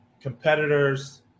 competitors